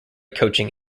coaching